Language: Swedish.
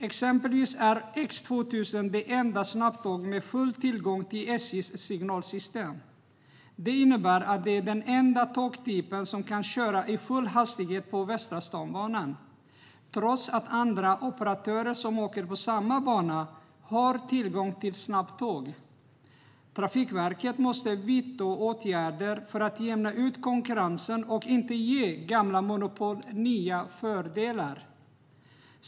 Exempelvis är X 2000 det enda snabbtåget med full tillgång till SJ:s signalsystem. Det innebär att det är den enda tågtyp som kan köra i full hastighet på Västra stambanan, trots att andra operatörer som trafikerar samma bana har tillgång till snabbtåg. Trafikverket måste vidta åtgärder för att jämna ut konkurrensen och inte ge gamla monopol nya fördelar.